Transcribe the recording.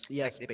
yes